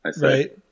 right